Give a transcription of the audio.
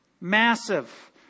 Massive